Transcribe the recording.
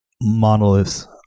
monoliths